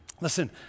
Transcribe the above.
listen